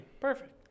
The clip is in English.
Perfect